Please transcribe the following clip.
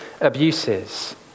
abuses